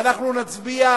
צו תעריף